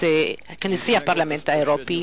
הפרלמנט האירופי